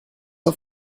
auf